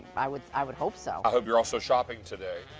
i would i would hope so. i hope you're also shopping today,